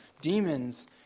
demons